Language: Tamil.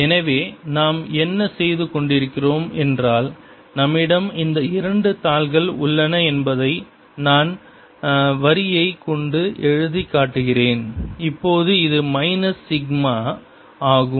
எனவே நாம் என்ன செய்து கொண்டிருக்கிறோம் என்றால் நம்மிடம் இந்த இரண்டு தாள்கள் உள்ளன என்பதை நான் வரியைக் கொண்டு எழுதிக்காட்டுகிறேன் இப்பொழுது இது மைனஸ் சிக்மா ஆகும்